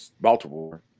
Baltimore